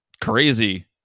crazy